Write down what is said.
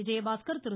Vijayabaskar Thiru